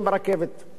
אין מקום לחנות.